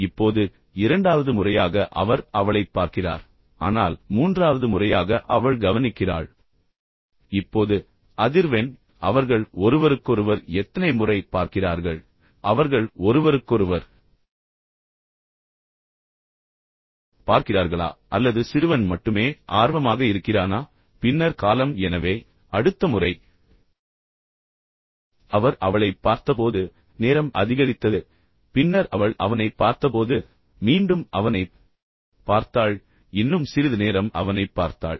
இப்போது இரண்டாவது முறையாக அவர் அவளைப் பார்க்கிறார் ஆனால் மூன்றாவது முறையாக அவள் கவனிக்கிறாள் இப்போது அதிர்வெண் அவர்கள் ஒருவருக்கொருவர் எத்தனை முறை பார்க்கிறார்கள் அவர்கள் ஒருவருக்கொருவர் பார்க்கிறார்களா அல்லது சிறுவன் மட்டுமே ஆர்வமாக இருக்கிறானா பின்னர் காலம் எனவே அடுத்த முறை அவர் அவளைப் பார்த்தபோது நேரம் அதிகரித்தது பின்னர் அவள் அவனைப் பார்த்தபோது மீண்டும் அவனைப் பார்த்தாள் இன்னும் சிறிது நேரம் அவனைப் பார்த்தாள்